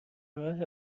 راه